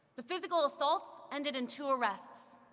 the physical assaults ended in two arrests,